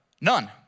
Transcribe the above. None